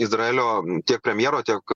izraelio tiek premjero tiek